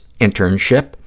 internship